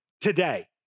today